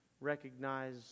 recognize